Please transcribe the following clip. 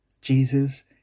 Jesus